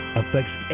affects